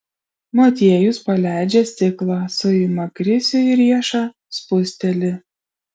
motiejus paleidžia stiklą suima krisiui riešą spusteli